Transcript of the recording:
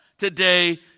today